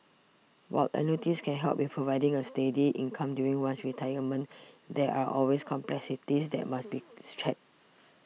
while annuities can help with providing a steady income during one's retirement there are all with complexities that must be checked